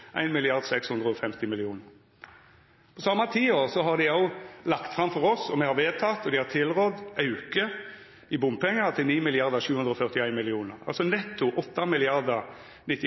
På same tida har dei òg lagt fram for oss – me har vedteke, og dei har tilrådd – auke i bompengar til